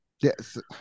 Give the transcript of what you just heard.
yes